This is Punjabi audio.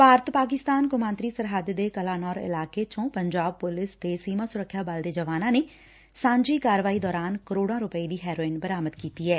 ਭਾਰਤ ਪਾਕਿਸਤਾਨ ਸਰਹੱਦ ਦੇ ਕਲਾਨੌਰ ਇਲਾਕੇ ਚੋ ਪੰਜਾਬ ਪੁਲਿਸ ਤੇ ਸੀਮਾ ਸੁਰੱਖਿਆ ਬਲ ਦੇ ਜਵਾਨਾਂ ਨੇ ਸਾਂਝੀ ਕਾਰਵਾਈ ਦੌਰਾਨ ਕਰੋੜਾਂ ਰੁਪਏ ਦੀ ਹੈਰੋਇਨ ਬਰਾਮਦ ਕੀਤੀ ਏ